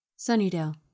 Sunnydale